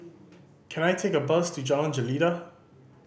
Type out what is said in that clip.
can I take a bus to Jalan Jelita